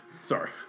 Sorry